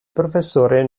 professore